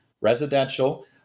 residential